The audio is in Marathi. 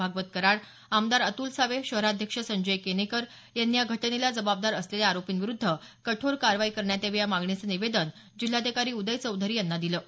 भागवत कराड आमदार अतुल सावे शहराध्यक्ष संजय केनेकर यांनी या घटनेला जबाबदार असलेल्या आरोपींविरुद्ध कठोर कारवाई करण्यात यावी या मागणीचं निवेदन जिल्हाधिकारी उदय चौधरी यांना दिलं आहे